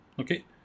okay